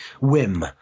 whim